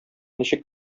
ничек